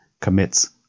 commits